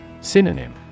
Synonym